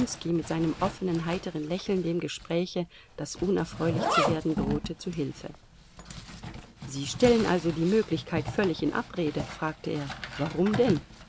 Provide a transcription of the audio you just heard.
mit seinem offenen heiteren lächeln dem gespräche das unerfreulich zu werden drohte zu hilfe sie stellen also die möglichkeit völlig in abrede fragte er warum denn